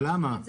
אבל למה?